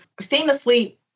famously